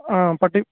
ஆ பட்டி